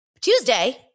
Tuesday